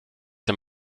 der